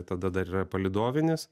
tada dar yra palydovinis